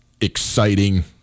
exciting